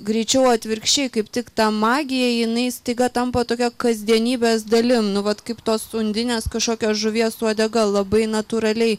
greičiau atvirkščiai kaip tik ta magija jinai staiga tampa tokia kasdienybės dalim nu vat kaip tos undinės kažkokios žuvies uodega labai natūraliai